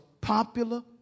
popular